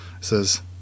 says